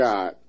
God